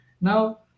Now